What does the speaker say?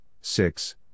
six